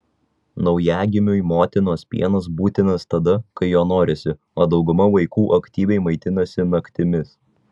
naujagimiui motinos pienas būtinas tada kai jo norisi o dauguma vaikų aktyviai maitinasi naktimis